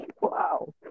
wow